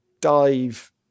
dive